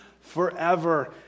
forever